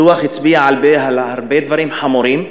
הדוח הצביע על הרבה דברים חמורים,